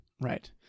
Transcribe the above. Right